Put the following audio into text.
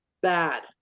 Bad